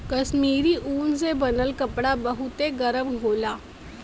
कश्मीरी ऊन से बनल कपड़ा बहुते गरम होला